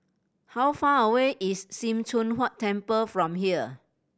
how far away is Sim Choon Huat Temple from here